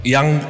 Young